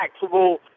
taxable